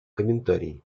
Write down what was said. комментарии